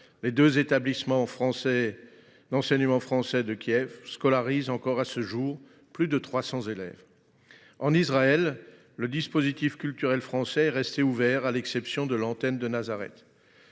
Les deux établissements d’enseignement français de Kiev scolarisent encore à ce jour plus de 300 élèves. En Israël, le dispositif culturel français est resté ouvert, à l’exception de l’antenne de Nazareth.